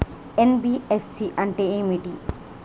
NBFC అంటే ఏమిటి?